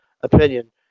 opinion